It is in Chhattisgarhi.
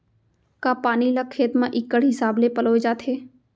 का पानी ला खेत म इक्कड़ हिसाब से पलोय जाथे?